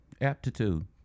aptitude